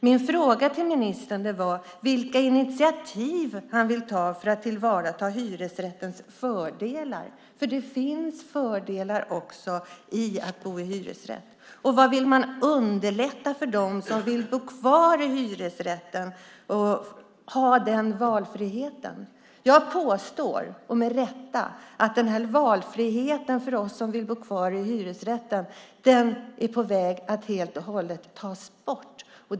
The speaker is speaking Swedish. Min fråga till ministern handlade om vilka initiativ han vill ta för att tillvarata hyresrättens fördelar, för det finns fördelar också med att bo i hyresrätt. Vad vill man göra för att underlätta för dem som vill bo kvar i hyresrätten och ha den valfriheten? Jag påstår med rätta att valfriheten för oss som vill bo kvar i hyresrätten är på väg att tas bort helt och hållet.